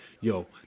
yo